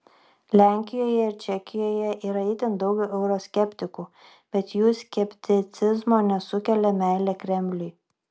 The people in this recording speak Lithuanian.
lenkijoje ir čekijoje yra itin daug euroskeptikų bet jų skepticizmo nesukelia meilė kremliui